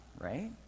right